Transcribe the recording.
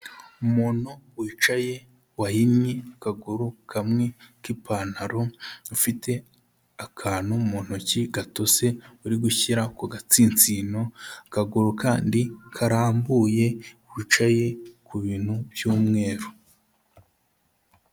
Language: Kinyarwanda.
Umuntu wicaye wahinnye akaguru kamwe k'ipantaro, ufite akantu mu ntoki gatose uri gushyira ku gatsitsino, akaguru kandi karambuye, wicaye ku bintu by'umweru.